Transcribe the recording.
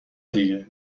دیگه